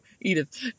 Edith